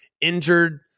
Injured